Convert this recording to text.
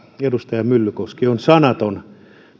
edustaja myllykoski on sanaton